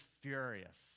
furious